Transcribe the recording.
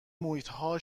محیطها